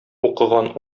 укыган